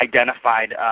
identified